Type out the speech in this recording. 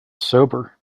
sober